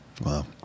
Wow